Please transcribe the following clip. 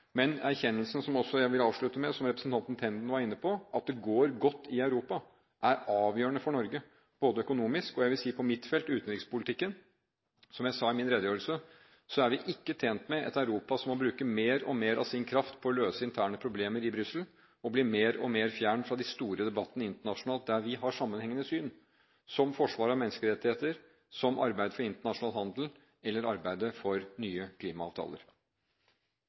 Men erkjennelsen, som også jeg vil avslutte med, som representanten Tenden var inne på, av at det går godt i Europa, er avgjørende for Norge både økonomisk og – vil jeg si – på mitt felt, utenrikspolitikken. Som jeg sa i min redegjørelse, er vi ikke tjent med et Europa som må bruke mer og mer av sin kraft på å løse interne problemer i Brussel og bli mer og mer fjernt fra de store debattene internasjonalt der vi har sammenhengende syn, som forsvar av menneskerettigheter, som arbeid for internasjonal handel eller arbeidet for nye klimaavtaler.